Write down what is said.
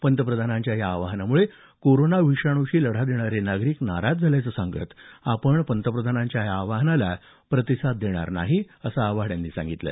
पंतप्रधानांच्या या आवाहनामुळे कोरोना विषाणूशी लढा देणारे नागरिक नाराज झाल्याचं सांगत आपण पंतप्रधानांच्या या आवाहनाला प्रतिसाद देणार नसल्याचं आव्हाड यांनी सांगितलं